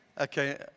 okay